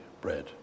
bread